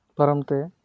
ᱯᱟᱨᱚᱢ ᱛᱮ